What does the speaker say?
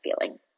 feeling